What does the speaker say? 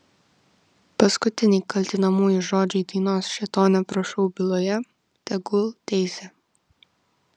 paskutiniai kaltinamųjų žodžiai dainos šėtone prašau byloje tegul teisia